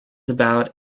about